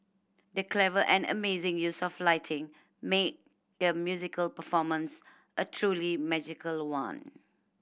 the clever and amazing use of lighting made the musical performance a truly magical one